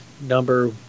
number